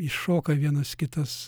iššoka vienas kitas